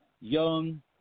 Young